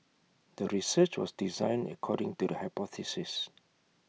the research was designed according to the hypothesis